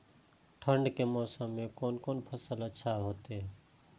ठंड के मौसम में कोन कोन फसल अच्छा होते?